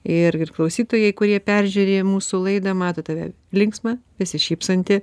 ir ir klausytojai kurie peržiūrėję mūsų laidą mato tave linksmą besišypsantį